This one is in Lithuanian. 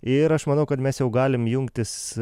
ir aš manau kad mes jau galim jungtis